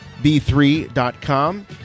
B3.com